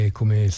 come